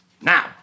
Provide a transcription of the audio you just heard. now